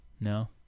No